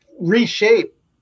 reshape